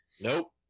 Nope